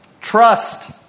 trust